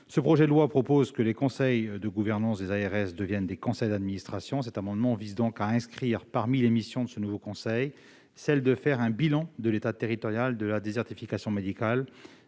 projet de loi propose que les conseils de gouvernance des ARS deviennent des conseils d'administration. Cet amendement vise donc à inscrire, parmi les missions de ce nouveau conseil, celle de dresser un bilan de l'état territorial de la désertification médicale,